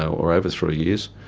or over three years.